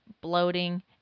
bloating